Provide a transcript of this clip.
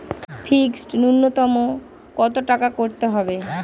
Fixed নুন্যতম কত টাকা করতে হবে?